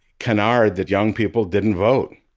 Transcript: canard that young people didn't vote,